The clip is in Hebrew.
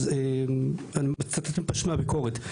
אז אני מצטט מהביקורת.